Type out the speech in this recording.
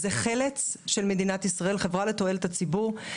זה חל"צ של מדינת ישראל חברה לתועלת הציבור.